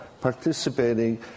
participating